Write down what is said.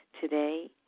Today